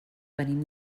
venim